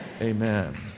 Amen